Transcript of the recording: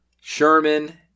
Sherman